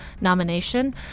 nomination